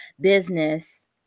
business